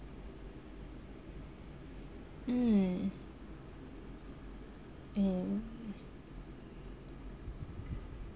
mm mm